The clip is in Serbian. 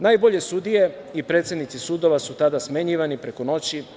Najbolje sudije i predsednici sudova su tada smenjivani preko noći.